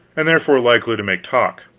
and therefore likely to make talk.